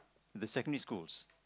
the secondary schools